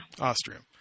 Austria